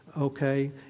Okay